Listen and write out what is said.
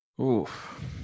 Oof